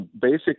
basic